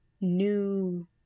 new